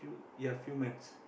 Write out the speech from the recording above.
ya few months